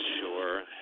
Sure